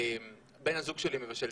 בן הזוג שלי מבשל,